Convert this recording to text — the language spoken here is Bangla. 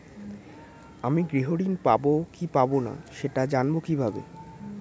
আমি গৃহ ঋণ পাবো কি পাবো না সেটা জানবো কিভাবে?